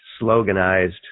sloganized